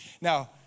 Now